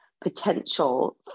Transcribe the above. potential